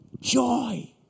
joy